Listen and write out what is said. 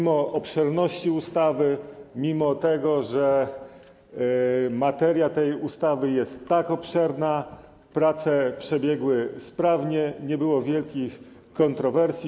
Mimo obszerności ustawy, mimo tego, że materia tej ustawy jest tak obszerna, prace przebiegły sprawnie, nie było wielkich kontrowersji.